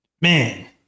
Man